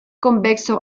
convexo